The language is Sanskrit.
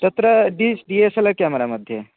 तत्र डीस् D S L R camera मध्ये